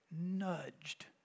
nudged